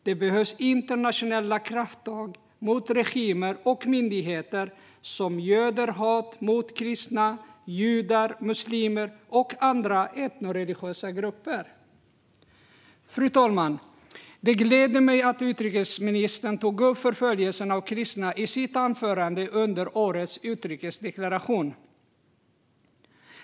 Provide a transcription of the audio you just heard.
Det behövs internationella krafttag mot regimer och myndigheter som göder hat mot kristna, judar, muslimer och andra etnoreligiösa grupper. Fru talman! Det gläder mig att utrikesministern tog upp förföljelse av kristna i sitt anförande under årets utrikesdeklaration.